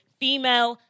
female